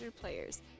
players